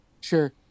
Sure